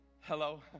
Hello